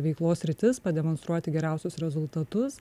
veiklos sritis pademonstruoti geriausius rezultatus